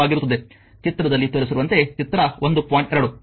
ಚಿತ್ರದಲ್ಲಿ ತೋರಿಸಿರುವಂತೆ ಚಿತ್ರ 1